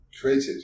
created